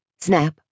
snap